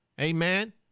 Amen